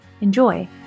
Enjoy